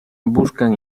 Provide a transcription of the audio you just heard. buscan